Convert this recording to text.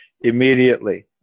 immediately